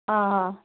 ಹಾಂ ಹಾಂ